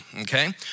Okay